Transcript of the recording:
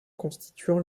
constituant